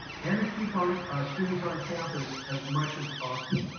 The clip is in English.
and to keep our students on campus as much as possible,